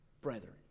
brethren